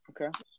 Okay